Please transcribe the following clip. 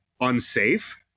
unsafe